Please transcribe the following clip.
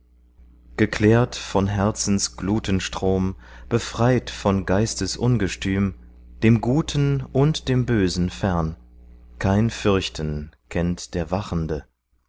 geklärt von herzens glutenstrom befreit von geistes ungestüm dem guten und dem bösen fern kein fürchten kennt der wachende